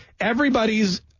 everybody's